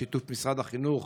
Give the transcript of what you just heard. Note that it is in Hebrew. בשיתוף משרד החינוך